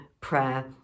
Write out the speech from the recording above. prayer